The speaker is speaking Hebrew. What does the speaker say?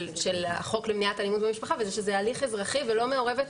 החוק למניעת אלימות במשפחה בגלל שזה הליך אזרחי ולא מעורבת,